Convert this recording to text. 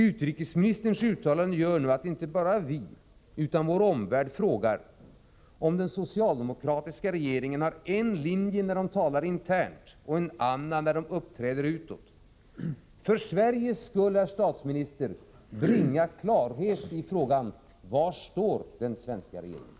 Utrikesministerns uttalanden gör nu att inte bara vi utan också vår omvärld frågar om den socialdemokratiska regeringen har en linje när de talar internt och en annan när de uppträder utåt. För Sveriges skull, herr statsminister, bringa klarhet i frågan: Var står den svenska regeringen?